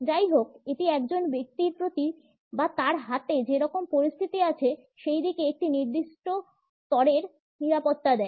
যাইহোক এটি একজন ব্যক্তির প্রতি বা তার হাতে যেরকম পরিস্থিতি আছে সেই দিকে একটি নির্দিষ্ট স্তরের নিরাপত্তা দেয়